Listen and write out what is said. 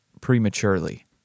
prematurely